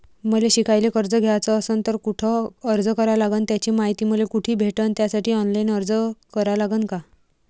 मले शिकायले कर्ज घ्याच असन तर कुठ अर्ज करा लागन त्याची मायती मले कुठी भेटन त्यासाठी ऑनलाईन अर्ज करा लागन का?